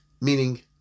meaning